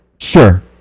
Sure